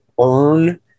earn